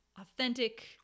Authentic